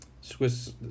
Swiss